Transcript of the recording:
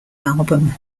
album